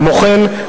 כמו כן,